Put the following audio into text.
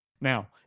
now